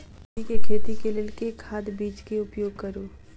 कोबी केँ खेती केँ लेल केँ खाद, बीज केँ प्रयोग करू?